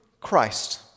Christ